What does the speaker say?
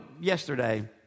yesterday